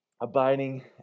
abiding